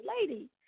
Lady